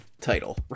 title